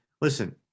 listen